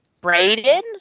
Braden